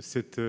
cette